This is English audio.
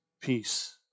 peace